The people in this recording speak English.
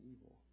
evil